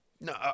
no